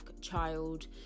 child